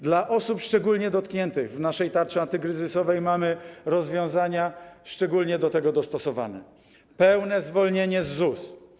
Dla osób szczególnie dotkniętych mamy w naszej tarczy antykryzysowej rozwiązania szczególnie do tego dostosowane: pełne zwolnienie z ZUS.